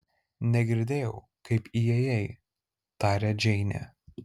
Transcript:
negirdėjau kaip įėjai tarė džeinė